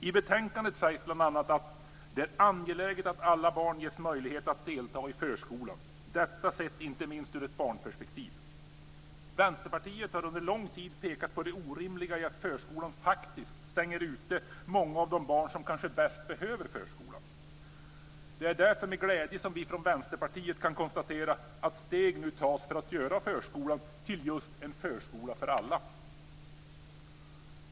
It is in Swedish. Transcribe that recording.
I betänkandet sägs bl.a. att "det är angeläget att alla barn ges möjlighet att delta i förskolan. Detta sett inte minst ur ett barnperspektiv." Vänsterpartiet har under lång tid pekat på det orimliga i att förskolan faktiskt stänger ute många av de barn som kanske bäst behöver förskolan. Därför är det med glädje vi från Vänsterpartiet kan konstatera att steg nu tas för att göra förskolan till en förskola för alla.